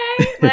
okay